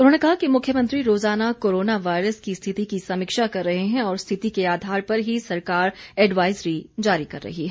उन्होंने कहा कि मुख्यमंत्री रोजाना कोरोना वायरस की स्थिति की समीक्षा कर रहे हैं और स्थिति के आधार पर ही सरकार एडवाइजरी जारी कर रही है